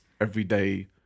everyday